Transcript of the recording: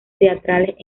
teatrales